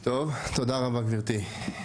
רטוב, תודה רבה גברתי.